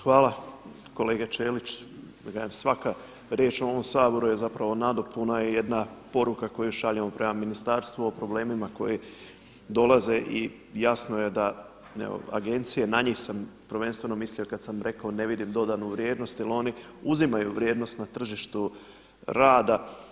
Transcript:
Hvala kolega Ćelić, svaka riječ u ovom Saboru je jedna nadopuna i jedna poruka koju šaljemo prema ministarstvu o problemima koji dolaze i jasno je da agencije na njih sam prvenstveno mislio kada sam rekao ne vidim dodanu vrijednost jel oni uzimaju vrijednost na tržištu rada.